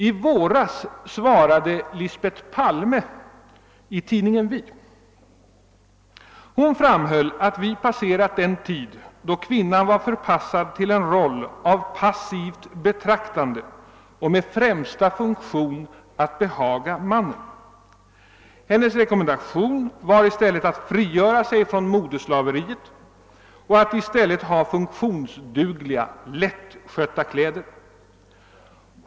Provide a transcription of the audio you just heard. I våras framhöll Lisbet Palme i en intervju i tidningen Vi att den tid var förbi, då kvinnan var förpassad till en roll av passivt uppträdande och med främsta funktion att behaga mannen. Hennes rekommendation var i stället att kvinnan skulle frigöra sig från modeslaveriet och bära funktionsdugliga och lättskötta kläder.